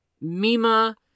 Mima